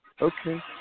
Okay